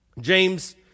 James